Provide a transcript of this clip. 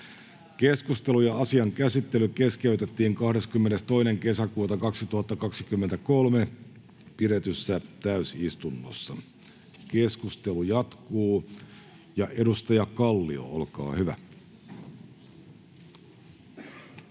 Keskustelu ja asian käsittely keskeytettiin 22.6.2023 pidetyssä täysistunnossa. — Keskustelu jatkuu. Edustaja Kallio, olkaa hyvä.